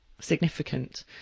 significant